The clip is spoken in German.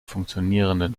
funktionierenden